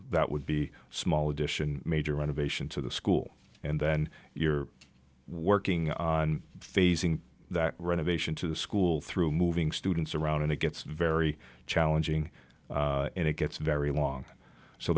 that would be a small addition major renovation to the school and then you're working on phasing that renovation to the school through moving students around and it gets very challenging and it gets very long so